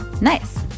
Nice